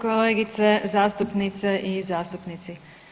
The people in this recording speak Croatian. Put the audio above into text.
Kolegice zastupnice i zastupnici.